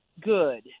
good